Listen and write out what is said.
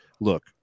look